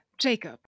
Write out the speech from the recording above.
Jacob